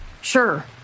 Sure